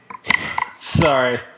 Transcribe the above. Sorry